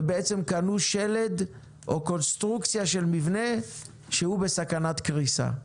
ובעצם קנו שלד או קונסטרוקציה של מבנה שהוא בסכנת קריסה.